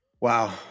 Wow